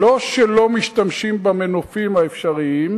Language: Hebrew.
לא רק שלא משתמשים במנופים האפשריים,